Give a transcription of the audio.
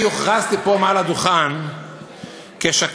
אני הוכרזתי פה מעל הדוכן כשקרן,